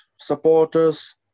supporters